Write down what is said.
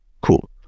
Cool